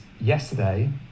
yesterday